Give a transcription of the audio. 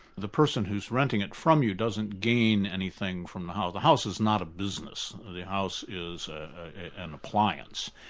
the person who's renting it from you doesn't gain anything from the house. the house is not a business, the house is an appliance.